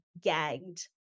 gagged